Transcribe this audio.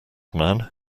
man